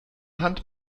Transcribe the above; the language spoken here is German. hand